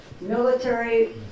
military